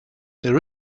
there